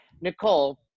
Nicole